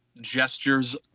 gestures